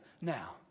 now